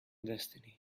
destiny